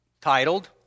titled